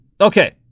okay